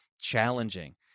challenging